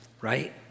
right